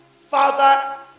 father